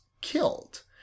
killed